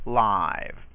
live